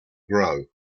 grow